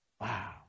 Wow